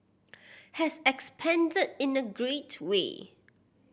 has expanded in a great way